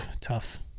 tough